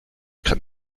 kann